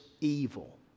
evil